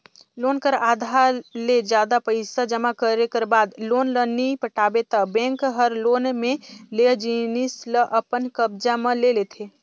loan कर आधा ले जादा पइसा जमा करे कर बाद लोन ल नी पटाबे ता बेंक हर लोन में लेय जिनिस ल अपन कब्जा म ले लेथे